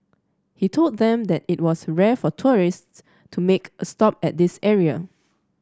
he told them that it was rare for tourists to make a stop at this area